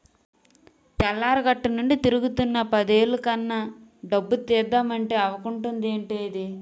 తెల్లారగట్టనుండి తిరుగుతున్నా పదేలు కన్నా డబ్బు తీద్దమంటే అవకుంటదేంటిదీ?